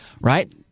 right